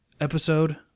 episode